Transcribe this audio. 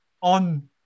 on